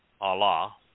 Allah